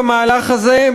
במהלך הזה,